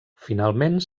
finalment